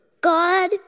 God